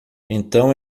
então